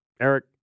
Eric